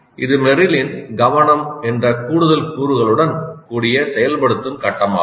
இது மெர்ரிலின் "கவனம்" என்ற கூடுதல் கூறுகளுடன் கூடிய செயல்படுத்தும் கட்டமாகும்